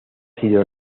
sido